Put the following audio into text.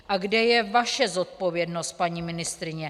A kde je vaše zodpovědnost, paní ministryně?